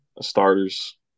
starters